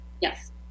Yes